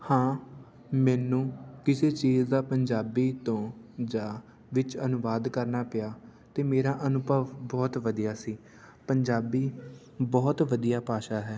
ਹਾਂ ਮੈਨੂੰ ਕਿਸੇ ਚੀਜ਼ ਦਾ ਪੰਜਾਬੀ ਤੋਂ ਜਾਂ ਵਿੱਚ ਅਨੁਵਾਦ ਕਰਨਾ ਪਿਆ ਤਾਂ ਮੇਰਾ ਅਨੁਭਵ ਬਹੁਤ ਵਧੀਆ ਸੀ ਪੰਜਾਬੀ ਬਹੁਤ ਵਧੀਆ ਭਾਸ਼ਾ ਹੈ